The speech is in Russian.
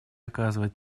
оказывать